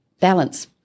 balance